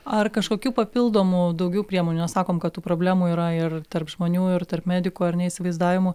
ar kažkokių papildomų daugiau priemonių nes sakom kad tų problemų yra ir tarp žmonių ir tarp medikų ar ne įsivaizdavimu